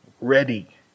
ready